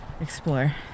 explore